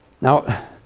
Now